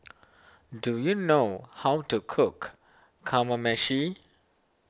do you know how to cook Kamameshi